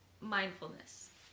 mindfulness